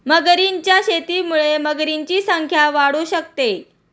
मगरींच्या शेतीमुळे मगरींची संख्या वाढू शकते